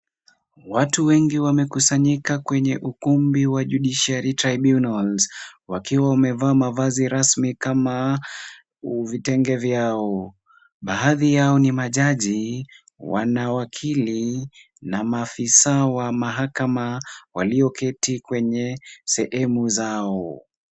Watu wengi wamekusanyika kwenye ukumbi wa judiciary tribunals wakiwa wamevaa mavazi rasmi kama vitenge vyao. Baadhi yao ni majaji, wanawakili na maafisa wa mahakama walioketi kwenye sehemu zao.